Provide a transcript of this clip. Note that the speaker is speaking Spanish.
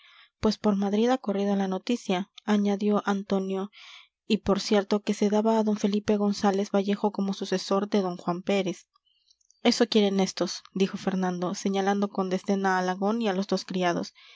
pues por madrid ha corrido la noticia añadió antonio i por cierto que se daba a d felipe gonzález vallejo como sucesor de d juan pérez eso quieren estos dijo fernando señalando con desdén a alagón y a los dos criados